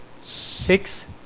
six